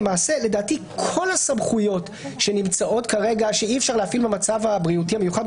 תראה שכל הסמכויות שאי אפשר כרגע להפעיל במצב הבריאותי המיוחד,